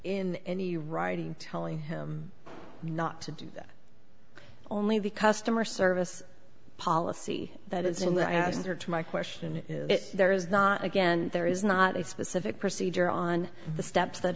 in any writing telling him not to do that only the customer service policy that is in the answer to my question there is not again there is not a specific procedure on the steps that